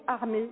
armés